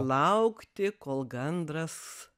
laukti kol gandras